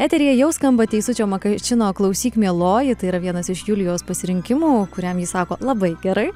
eteryje jau skamba teisučio makačino klausyk mieloji tai yra vienas iš julijos pasirinkimų kuriam ji sako labai gerai